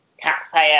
taxpayer